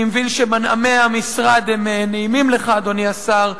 אני מבין שמנעמי המשרד נעימים לך, אדוני השר,